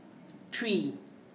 three